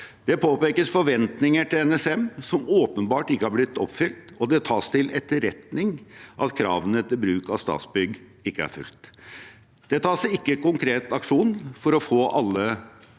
Det påpekes forventninger til NSM som åpenbart ikke har blitt oppfylt, og det tas til etterretning at kravene til bruk av Statsbygg ikke er fulgt. Det tas ikke konkret aksjon for å få alle